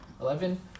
Eleven